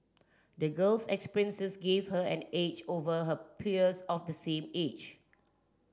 the girl's experiences gave her an edge over her peers of the same age